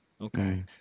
Okay